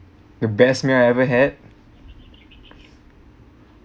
the best meal I ever had